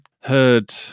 heard